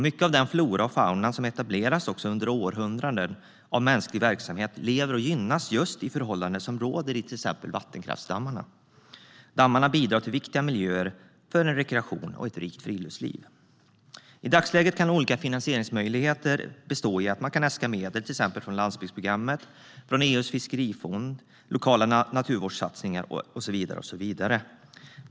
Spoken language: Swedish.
Mycket av den flora och fauna som etablerats under århundraden av mänsklig verksamhet lever i och gynnas av just de förhållanden som råder i vattenkraftsdammarna. Och dammarna bidrar till viktiga miljöer för rekreation och ett rikt friluftsliv. I dagsläget kan olika finansieringsmöjligheter vara att man kan äska medel från exempelvis landsbygdsprogrammet, EU:s fiskerifond, den lokala naturvårdssatsningen och så vidare.